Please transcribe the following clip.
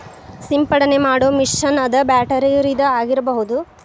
ಸಿಂಪಡನೆ ಮಾಡು ಮಿಷನ್ ಅದ ಬ್ಯಾಟರಿದ ಆಗಿರಬಹುದ